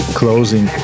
closing